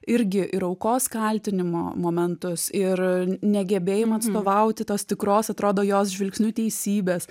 irgi ir aukos kaltinimo momentus ir negebėjimą atstovauti tos tikros atrodo jos žvilgsniu teisybės